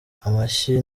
amashyi